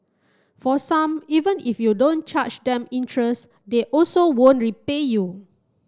for some even if you don't charge them interest they also won't repay you